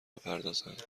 بپردازند